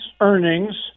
earnings